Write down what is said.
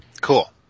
cool